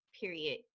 period